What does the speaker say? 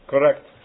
Correct